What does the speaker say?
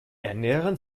ernähren